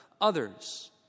others